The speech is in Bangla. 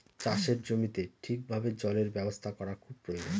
চাষের জমিতে ঠিক ভাবে জলের ব্যবস্থা করা খুব প্রয়োজন